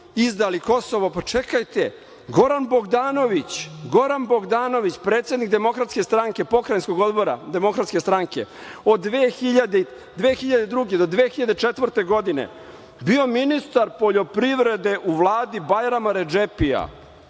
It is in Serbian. izdali Kosovo, pa čekajte, Goran Bogdanović predsednik pokrajinskog odbora DS od 2002. godine do 2004. godine bio je ministar poljoprivrede u Vladi Bajrama Redžepija.